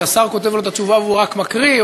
שהשר כותב לו את התשובה והוא רק מקריא,